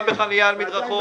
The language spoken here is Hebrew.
גם בחניה על מדרכות.